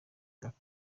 itaka